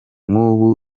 nk’ubu